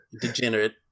degenerate